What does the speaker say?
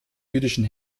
jüdischen